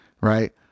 Right